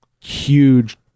huge